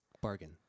Bargain